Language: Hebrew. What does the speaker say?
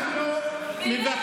חברת